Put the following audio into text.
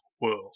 world